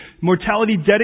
mortality